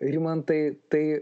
rimantai tai